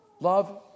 Love